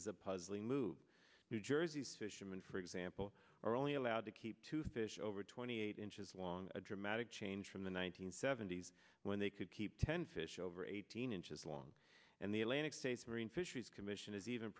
is a puzzling move new jersey's fishermen for example are only allowed to keep two fish over twenty eight inches long a dramatic change from the one nine hundred seventy s when they could keep ten fish over eighteen inches long and the atlantic states marine fisheries commission is even